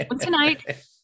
tonight